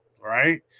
right